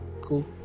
cool